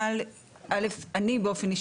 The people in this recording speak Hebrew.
אבל אני בכל אופן,